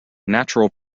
natural